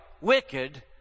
wicked